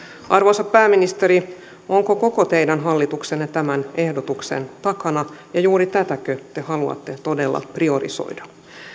arvoisa pääministeri onko koko teidän hallituksenne tämän ehdotuksen takana ja juuri tätäkö te haluatte todella priorisoida